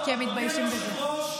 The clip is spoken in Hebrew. הם מתביישים בזה.